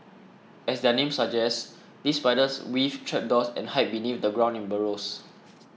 as their name suggests these spiders weave trapdoors and hide beneath the ground in burrows